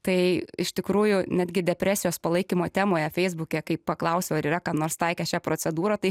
tai iš tikrųjų netgi depresijos palaikymo temoje feisbuke kai paklausiau ar yra kam nors taikę šią procedūrą tai